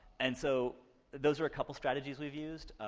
and so those are a couple strategies we've used,